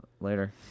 later